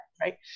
right